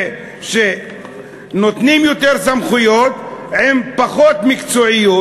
שנותנים יותר סמכויות עם פחות מקצועיות.